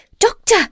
Doctor